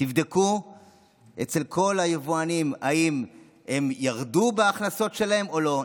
תבדקו אצל כל היבואנים אם הם ירדו בהכנסות שלהם או לא.